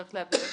צריך להבהיר,